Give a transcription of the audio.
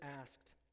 asked